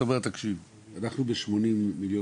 אתה אומר תקשיב - אנחנו ב-80 מיליון